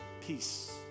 peace